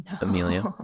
Amelia